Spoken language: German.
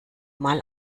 mal